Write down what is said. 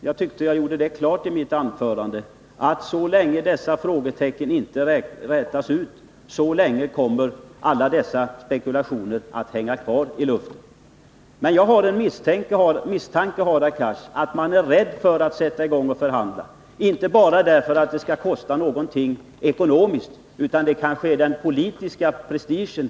Jag tyckte att jag gjorde klart i mitt förra anförande att så länge dessa frågetecken inte rätas ut, så länge kommer alla dessa spekulationer att hänga kvar i luften. Men jag har en misstanke, Hadar Cars, att man är rädd för att sätta i gång och förhandla, inte bara därför att det skulle kunna kosta någonting ekonomiskt utan för att det handlar om den politiska prestigen.